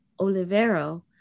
Olivero